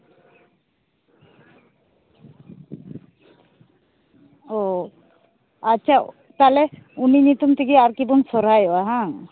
ᱚ ᱟᱪᱪᱷᱟ ᱛᱟᱦᱞᱮ ᱩᱱᱤ ᱧᱩᱛᱩᱢ ᱛᱮᱜᱮ ᱟᱨᱠᱤ ᱵᱚᱱ ᱥᱚᱨᱦᱟᱭᱚᱜᱼᱟ ᱵᱟᱝ